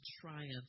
triumph